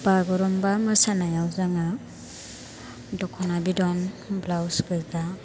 बागुरुम्बा मोसानायाव जोङो दखना बिदन ब्लाउस गोजा